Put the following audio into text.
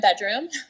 bedroom